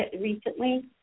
recently